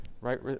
Right